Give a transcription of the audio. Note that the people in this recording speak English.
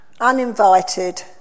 Uninvited